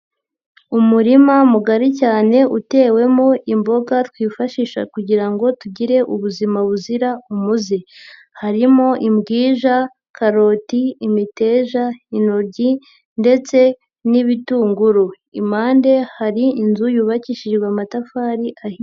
Umurima mugari cyane utewemo imboga twifashisha kugira ngo tugire ubuzima buzira umuze. Harimo imbwija, karoti, imiteja, intoryi ndetse n'ibitunguru. Impande hari inzu yubakishijwe amatafari ahiye.